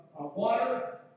water